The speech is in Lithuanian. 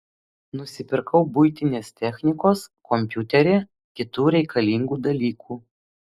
nusipirkau buitinės technikos kompiuterį kitų reikalingų dalykų